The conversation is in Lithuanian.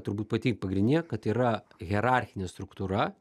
turbūt pati pagrindinė kad yra hierarchinė struktūra